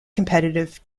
competitive